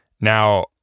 Now